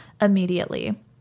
immediately